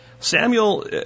Samuel